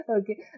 Okay